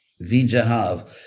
vijahav